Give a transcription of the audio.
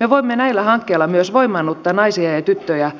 me voimme näillä hankkeilla myös voimaannuttaa naisia ja tyttöjä